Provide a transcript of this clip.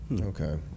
Okay